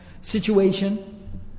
situation